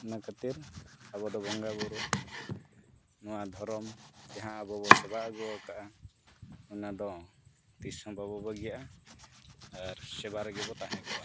ᱤᱱᱟᱹ ᱠᱷᱟᱹᱛᱤᱨ ᱟᱵᱚ ᱫᱚ ᱵᱚᱸᱜᱟ ᱵᱳᱨᱳ ᱱᱚᱣᱟ ᱫᱷᱚᱨᱚᱢ ᱡᱟᱦᱟᱸ ᱟᱵᱚ ᱵᱚ ᱥᱮᱵᱟ ᱟᱹᱜᱩ ᱠᱟᱜᱼᱟ ᱚᱱᱟ ᱫᱚ ᱛᱤᱥ ᱦᱚᱸ ᱵᱟᱵᱚ ᱵᱟᱹᱜᱤᱭᱟᱜᱼᱟ ᱟᱨ ᱥᱮᱵᱟ ᱨᱮᱜᱮ ᱵᱚ ᱛᱟᱦᱮᱸ ᱠᱚᱜᱼᱟ